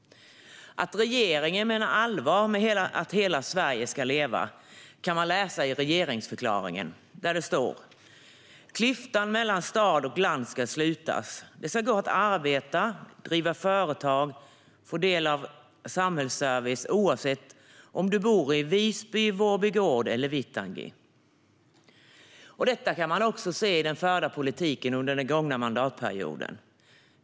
Att regeringen menar allvar med att hela Sverige ska leva kan man läsa i regeringsförklaringen: "Klyftan mellan stad och land ska slutas. Det ska gå att arbeta, driva företag och få del av samhällsservice oavsett om du bor i Visby, Vårby gård eller Vittangi." Detta kan vi också se i den förda politiken under den gångna mandatperioden.